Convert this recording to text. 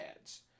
ads